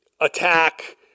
attack